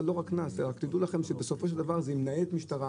אבל לא רק קנס תדעו לכם שבסופו של דבר זה עם ניידת משטרה,